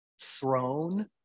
throne